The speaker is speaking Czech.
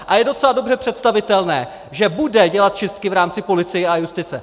A je docela dobře představitelné, že bude dělat čistky v rámci policie a justice.